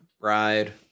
Bride